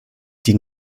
die